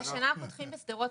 והשנה פותחים בשדרות.